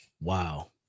Wow